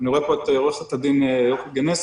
אני רואה פה את עו"ד יוכי גנסין.